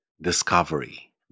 Discovery